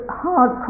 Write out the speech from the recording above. hard